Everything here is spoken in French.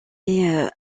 est